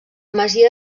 masia